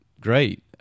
great